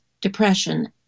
depression